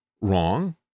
wrong